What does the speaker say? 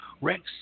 Rex